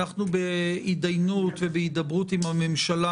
אנחנו בהתדיינות ובהידברות עם הממשלה